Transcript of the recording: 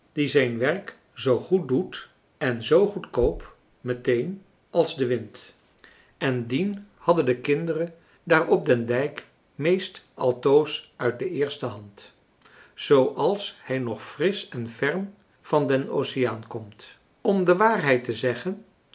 die zijn werk zoo goed doet en zoo goedkoop meteen als de wind en dien hadden de kinderen daar op den dijk meest altoos uit de eerste hand zooals hij nog frisch en ferm van den oceaan komt om de waarheid te zeggen